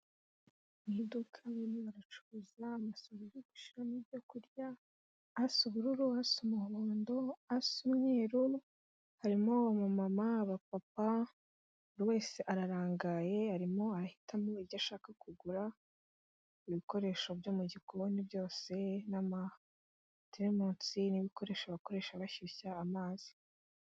Mu iduka bamwe baracuruza amasorori bashyiramo ibyo kurya; asa ubururu, asa umuhondo, asa umweru, harimo umumama, aba papa buri wese ararangaye arimo arahitamo ibyo ashaka kugura, ibikoresho byo mu gikoni byose n'amaterimutsi n'ibikoresho bakoresha bashyushya amazi.